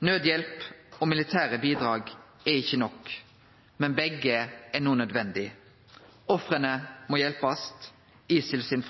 Naudhjelp og militære bidrag er ikkje nok. Men begge delar er no nødvendig. Offera må hjelpast, ISIL sin